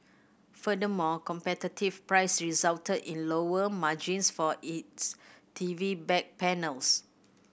furthermore competitive price resulted in lower margins for its T V back panels